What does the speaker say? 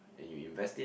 then you invest it